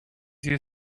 you